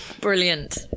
Brilliant